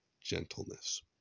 gentleness